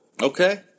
Okay